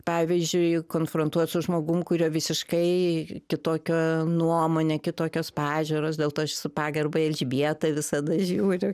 pavyzdžiui konfrontuot su žmogum kurio visiškai kitokia nuomonė kitokios pažiūros dėl to aš su pagarba į elžbietą visada žiūriu